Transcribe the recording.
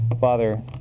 Father